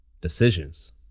Decisions